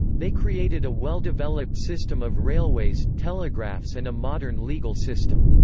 they created a well-developed system of railways, telegraphs and a modern legal system.